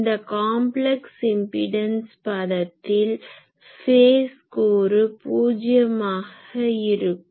இந்த complex impedance பதத்தில் phase phase கட்டம் கூறு பூஜியமாக இருக்கும்